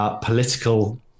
political